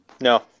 No